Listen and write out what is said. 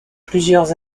plusieurs